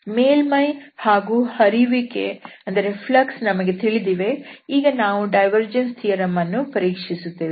ಮೇಲ್ಮೈ ಹಾಗೂ ಹರಿಯುವಿಕೆ ನಮಗೆ ತಿಳಿದಿವೆ ನಾವು ಈಗ ಡೈವರ್ಜೆನ್ಸ್ ಥಿಯರಂ ಅನ್ನು ಪರೀಕ್ಷಿಸುತ್ತೇವೆ